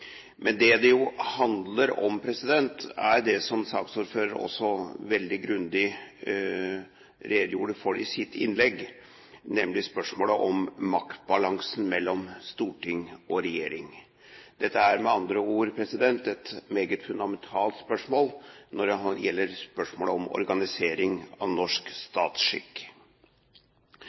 Men det det jo handler om, som saksordføreren også veldig grundig redegjorde for i sitt innlegg, er nemlig spørsmålet om maktbalansen mellom storting og regjering. Dette er med andre ord et meget fundamentalt spørsmål – spørsmålet om organisering av norsk statsskikk.